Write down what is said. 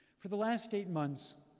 for the last eight months,